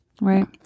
right